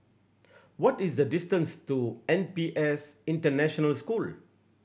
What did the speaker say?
what is the distance to N P S International School